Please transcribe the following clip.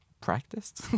practiced